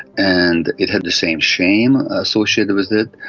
and it had the same shame associated with it,